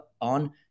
on